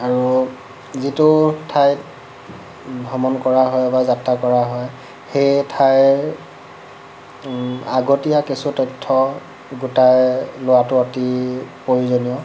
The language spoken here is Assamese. আৰু যিটো ঠাইত ভ্ৰমণ কৰা হয় বা যাত্ৰা কৰা হয় সেই ঠাইৰ আগতীয়া কিছু তথ্য গোটাই লোৱাটো অতি প্ৰয়োজনীয়